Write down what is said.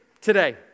today